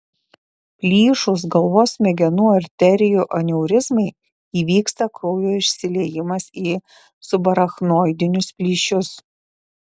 plyšus galvos smegenų arterijų aneurizmai įvyksta kraujo išsiliejimas į subarachnoidinius plyšius